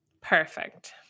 Perfect